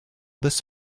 this